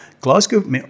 Glasgow